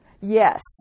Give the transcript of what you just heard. Yes